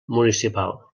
municipal